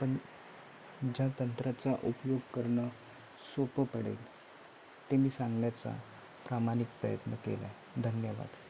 पण ज्या तंत्राचा उपयोग करणं सोपं पडेल ते मी सांगण्याचा प्रामाणिक प्रयत्न केला आहे धन्यवाद